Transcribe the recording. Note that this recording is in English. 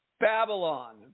Babylon